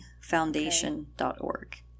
Foundation.org